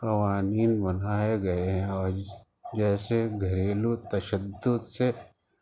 قوانین بنائے گئے ہیں اور جیسے گھریلو تشدد سے